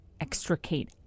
extricate